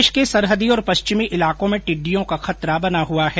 प्रदेश के सरहदी और पश्चिमी इलाकों में टिड्डियों का खतरा बना हुआ है